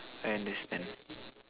I understand